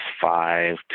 five